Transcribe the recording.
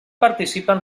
participen